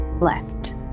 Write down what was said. left